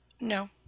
No